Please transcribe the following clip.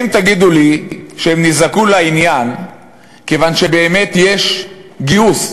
אם תגידו לי שהם נזעקו לעניין כיוון שבאמת יש גיוס,